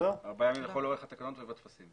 ארבעה ימים לכל אורך התקנות ובטפסים.